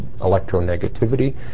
electronegativity